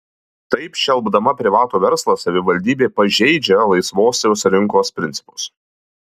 taip šelpdama privatų verslą savivaldybė pažeidžia laisvosios rinkos principus